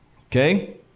Okay